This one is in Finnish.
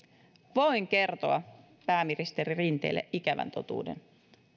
voin kertoa pääministeri rinteelle ikävän totuuden